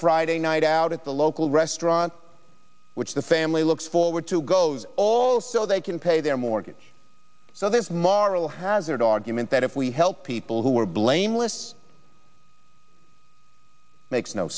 friday night out at the local restaurant which the family looks forward to goes all so they can pay their mortgage so there's maro hazard argument that if we help people who are blameless makes no